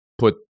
put